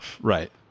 right